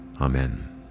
Amen